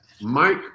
Mike